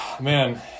man